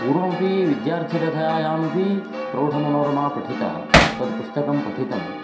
पूर्वमपि विद्यार्थिदशायामपि प्रौढमनोरमा पठिता तद् पुस्तकं पठितं